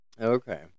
Okay